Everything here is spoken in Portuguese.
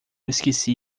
esqueci